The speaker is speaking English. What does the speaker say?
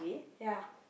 ya